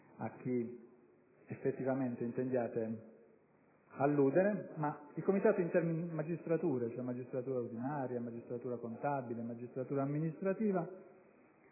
a chi effettivamente intendiate alludere), ma il Comitato intermagistrature (cioè la magistratura ordinaria, la magistratura contabile e la magistratura amministrativa)